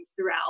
throughout